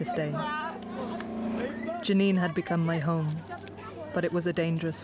to stay was janene had become my home but it was a dangerous